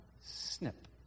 snip